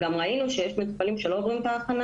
ראינו גם שיש מטופלים שלא עוברים את ההכנה